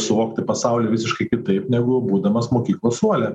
suvokti pasaulį visiškai kitaip negu būdamas mokyklos suole